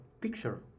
picture